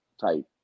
type